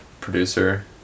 producer